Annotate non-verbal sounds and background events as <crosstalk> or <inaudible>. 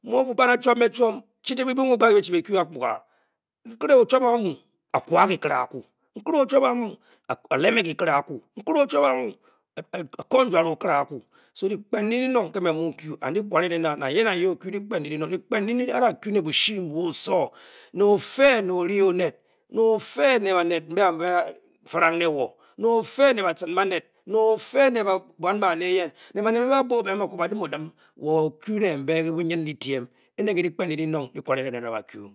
Mu o—fu ba a da chuap me chuom chi <unintelligible> bi mu mu gbad mbi bi chi kye akpuga. kikire ojuab amu a kwa kikire akwu. kikire ojuab amu a leme kikire akwu. kikire ochuap amu a <unintelligible> ko nyare okire akwu. so dyikpen ndi dino nki me mmu n kyu and di kware nen a. nang ye nang ye o–kyu dyikpen ndi dinong. dyikp ndi a a da kyu ne bushi mb oso. ne ofe ne ori oned ne ofe–ne baned mbe ba anyi farang ne wo. ne ofe–ne batun baned. ne ofe–ne buam bane eyen ne banned mbe ba be odim wo kyu ne mbe ke bunyindyitiem ene nke dyikpen ndi dinongh kikware nki ba da kyle